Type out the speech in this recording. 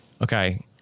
Okay